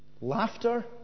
laughter